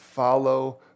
Follow